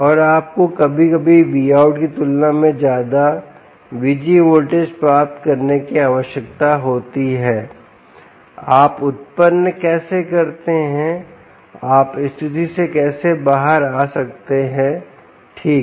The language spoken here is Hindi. और आपको कभी कभी VOUTकी तुलना में ज्यादा VG वोल्टेज प्राप्त करने की आवश्यकता होती है आप उत्पन्न कैसे करते हैं आप स्थिति से कैसे बाहर आ सकते हैं ठीक